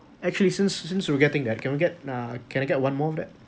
actually since since we were getting that can we get uh can I get one more of that